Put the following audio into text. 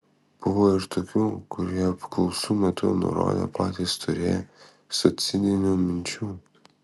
buvo ir tokių kurie apklausų metu nurodė patys turėję suicidinių minčių